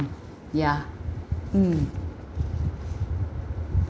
ya mm